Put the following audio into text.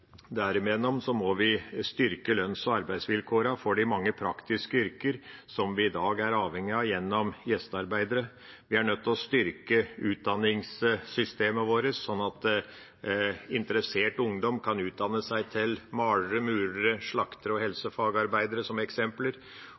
må vi styrke lønns- og arbeidsvilkårene for de mange praktiske yrker der vi i dag er avhengige av gjestearbeidere. Vi er nødt til å styrke utdanningssystemet vårt slik at interessert ungdom kan utdanne seg til eksempelvis malere, murere, slaktere og helsefagarbeidere, og disse yrkene må få en status som